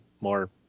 more